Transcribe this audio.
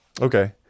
Okay